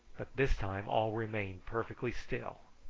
but this time all remained perfectly still,